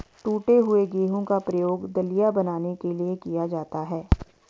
टूटे हुए गेहूं का प्रयोग दलिया बनाने के लिए किया जाता है